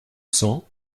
cent